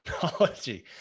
technology